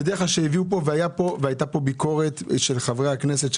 בדרך כלל כשהביאו לפה רשימת עמותות והייתה פה ביקורת של חברי הכנסת,